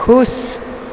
खुश